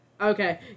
Okay